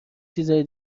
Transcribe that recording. چیزای